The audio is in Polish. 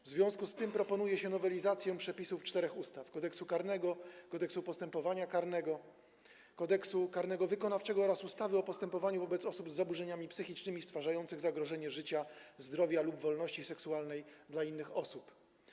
W związku z tym proponuje się nowelizację przepisów czterech ustaw: Kodeksu karnego, Kodeksu postępowania karnego, Kodeksu karnego wykonawczego oraz ustawy o postępowaniu wobec osób z zaburzeniami psychicznymi stwarzających zagrożenie życia, zdrowia lub wolności seksualnej innych osób.